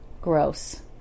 gross